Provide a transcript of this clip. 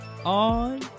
On